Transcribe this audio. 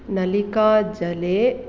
नलिकाजले